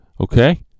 okay